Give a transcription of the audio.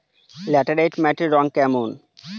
Laterite মাটির রং কেমন?